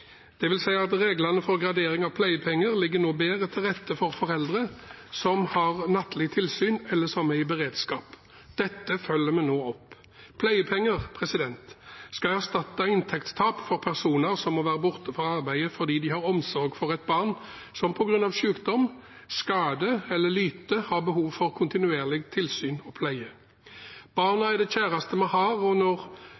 at reglene for gradering av pleiepenger nå legger bedre til rette for foreldre som har nattlig tilsyn, eller som er i beredskap. Dette følger vi nå opp. Pleiepenger skal erstatte inntektstap for personer som må være borte fra arbeidet fordi de har omsorg for et barn som på grunn av sykdom, skade eller lyte har behov for kontinuerlig tilsyn og pleie. Barna